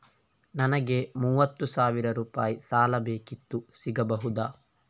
ನನಗೆ ಮೂವತ್ತು ಸಾವಿರ ರೂಪಾಯಿ ಸಾಲ ಬೇಕಿತ್ತು ಸಿಗಬಹುದಾ?